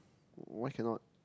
why cannot